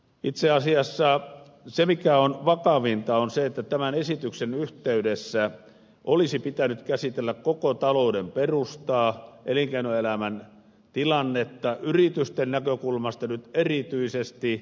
itse asiassa se mikä on vakavinta on se että tämän esityksen yhteydessä olisi pitänyt käsitellä koko talouden perustaa elinkeinoelämän tilannetta yritysten näkökulmasta nyt erityisesti